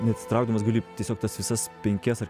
neatsitraukdamas gali tiesiog tas visas penkias ar